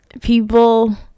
people